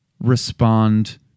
respond